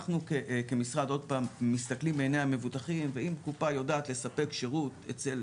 אנחנו כמשרד מסתכלים מעיניי המבוטחים ואם קופה יודעת לספק שירות אצל